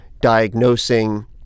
diagnosing